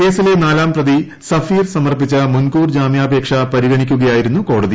കേസിലെ നാലാം പ്രതി സഫീർ സമർപ്പിച്ച മുൻകൂർ ജാമ്യാപേക്ഷ പരിഗണിക്കുകയായിരുന്നു കോടതി